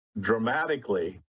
dramatically